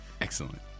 Excellent